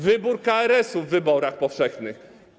Wybór KRS-u w wyborach powszechnych.